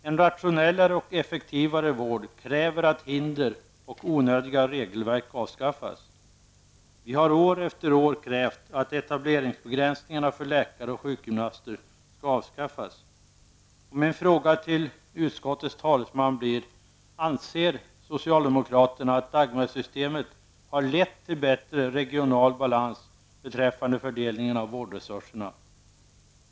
En rationellare och effektivare vård kräver att hinder och onödiga regelverk avskaffas. Vi har år efter år krävt att etableringsbegränsningarna för läkare och sjukgymnaster skall avskaffas. Min fråga till utskottets talesman blir: Anser socialdemokraterna att Dagmarsystemet har lett till bättre regional balans beträffande fördelningen av vårdresurserna?